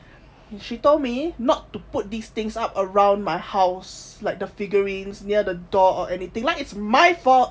and she told me not to put these things up around my house like the figurines near the door or anything like it's my fault